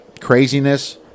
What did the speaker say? craziness